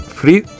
free